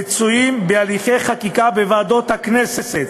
מצויים בהליכי חקיקה בוועדות הכנסת.